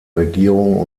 regierung